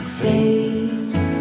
face